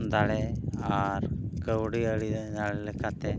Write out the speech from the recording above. ᱫᱟᱲᱮ ᱟᱨ ᱠᱟᱹᱣᱰᱤ ᱟᱹᱨᱤ ᱫᱟᱲᱮ ᱞᱮᱠᱟᱛᱮ